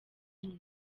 umwe